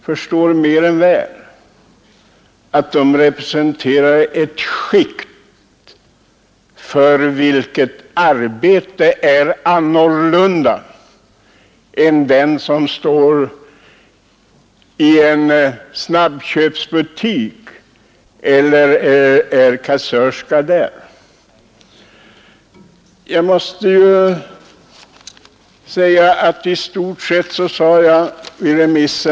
De som säger så har ett annat slags arbete än den som arbetar i en snabbköpsbutik som kassörska.